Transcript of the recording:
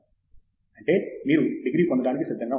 తంగిరాల అంటే మీరు డిగ్రీ పొందడానికి సిద్ధంగా ఉన్నారు